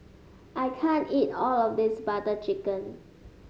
I can't eat all of this Butter Chicken